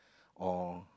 or